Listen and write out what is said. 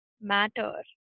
matter